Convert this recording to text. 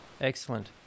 excellent